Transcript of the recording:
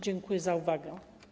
Dziękuję za uwagę.